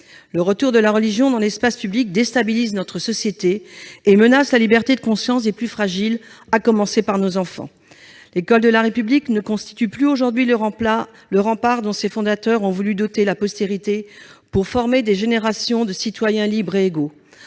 Le retour de la religion dans l'espace public déstabilise notre société et menace la liberté de conscience des plus fragiles, à commencer par nos enfants. L'école de la République ne constitue plus aujourd'hui le rempart dont ses fondateurs ont voulu doter la postérité pour former des générations de citoyens libres et égaux.